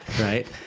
right